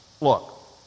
Look